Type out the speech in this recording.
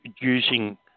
using